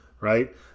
right